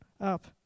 up